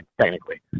technically